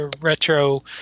retro